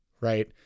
right